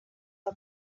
are